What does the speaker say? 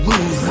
lose